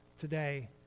today